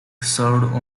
served